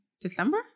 December